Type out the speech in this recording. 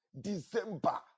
December